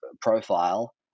profile